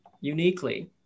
uniquely